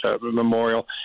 Memorial